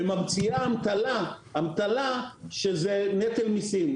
וממציאה אמתלה שזה נטל מיסים.